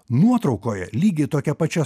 nuotraukoje lygiai tokia pačia